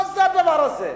מה זה הדבר הזה?